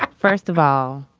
first of all,